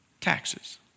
Taxes